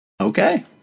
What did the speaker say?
Okay